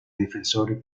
difensori